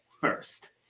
first